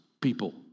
people